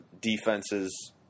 defenses